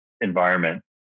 environment